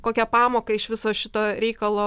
kokią pamoką iš viso šito reikalo